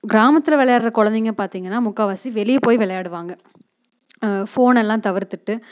கிராமத்தில் விளையாட்ற குழந்தைங்க பார்த்திங்கனா முக்கால்வாசி வெளியேப் போய் விளையாடுவாங்க ஃபோன் எல்லாம் தவிர்த்துட்டு